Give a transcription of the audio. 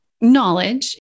knowledge